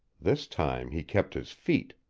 this time he kept his feet.